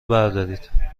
بردارید